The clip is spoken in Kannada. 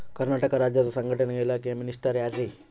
ಕರ್ನಾಟಕ ರಾಜ್ಯದ ಸಂಘಟನೆ ಇಲಾಖೆಯ ಮಿನಿಸ್ಟರ್ ಯಾರ್ರಿ?